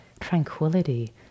tranquility